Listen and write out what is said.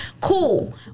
Cool